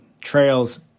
trails